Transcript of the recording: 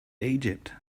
egypt